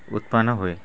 ଉତ୍ପାଦନ ହୁଏ